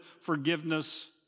forgiveness